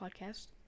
podcast